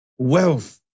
Wealth